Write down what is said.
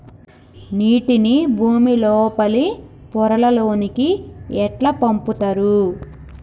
నీటిని భుమి లోపలి పొరలలోకి ఎట్లా పంపుతరు?